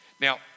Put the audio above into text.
Now